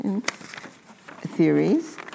Theories